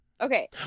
Okay